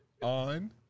On